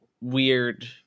weird